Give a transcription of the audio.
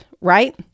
Right